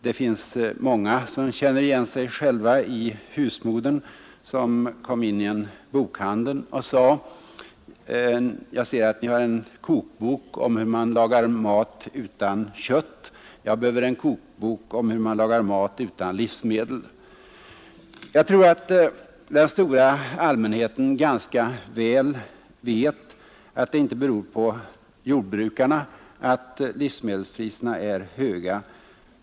Det finns många som känner igen sig i husmodern som kom in i en bokhandel och sade: ”Jag ser att ni har en kokbok om hur man lagar mat utan kött. Jag behöver en kokbok om hur man lagar mat utan livsmedel.” Jag tror att den stora allmänheten ganska väl vet att det inte beror på jordbrukarna att livsmedelspriserna är höga.